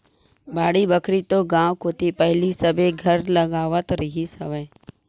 बाड़ी बखरी तो गाँव कोती पहिली सबे घर लगावत रिहिस हवय